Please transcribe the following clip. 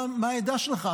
מה העדה שלך.